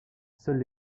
seuls